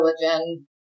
religion